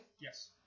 Yes